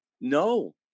no